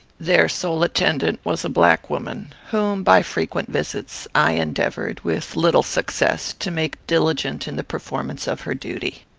their sole attendant was a black woman whom, by frequent visits, i endeavoured, with little success, to make diligent in the performance of her duty.